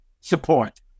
support